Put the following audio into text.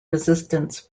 resistance